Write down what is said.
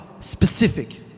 specific